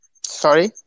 sorry